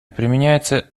применяются